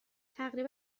تقریبا